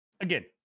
Again